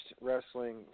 wrestling